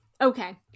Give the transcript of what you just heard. okay